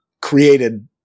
created